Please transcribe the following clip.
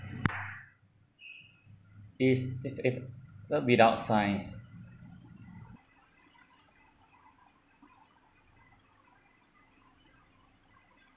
is if if not without science